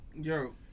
Yo